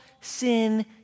sin